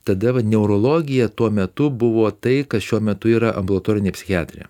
tada vat neurologija tuo metu buvo tai kas šiuo metu yra ambulatorinė psichiatrija